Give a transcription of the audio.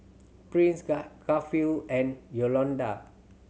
Prince Garfield and Yolanda